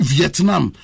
Vietnam